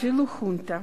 אפילו חונטה.